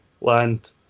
land